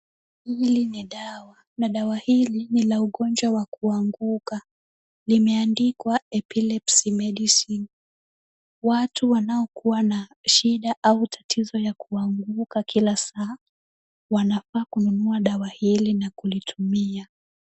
Hili ni dawa na dawa hili ni la ugonjwa wa kuanguka. Limeandikwa Epilepsy Medicine . Watu wanaokua na shida au tatizo ya kuanguka kila saa, wanafaa kununua dawa hili na kulitumia.